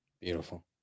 Beautiful